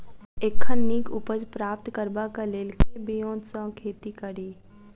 एखन नीक उपज प्राप्त करबाक लेल केँ ब्योंत सऽ खेती कड़ी?